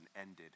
ended